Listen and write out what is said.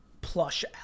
plush